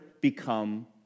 become